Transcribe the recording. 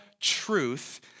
truth